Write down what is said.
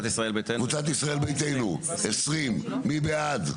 קבוצת ישראל ביתנו 20. מי בעד?